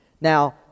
Now